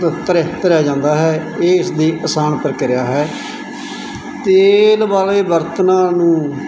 ਧ ਧਰਿਆ ਧਰਿਆ ਜਾਂਦਾ ਹੈ ਇਸ ਦੀ ਆਸਾਨ ਪ੍ਰਕਿਰਿਆ ਹੈ ਤੇਲ ਵਾਲੇ ਬਰਤਨਾਂ ਨੂੰ ਕਈ